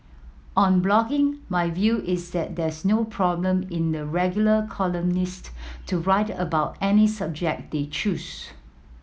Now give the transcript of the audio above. on blogging my view is that there's no problem in the regular columnists to write about any subject they choose